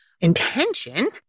intention